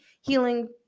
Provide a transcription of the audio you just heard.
healing